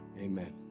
Amen